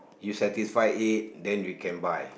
you satisfied then you can buy